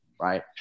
right